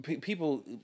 people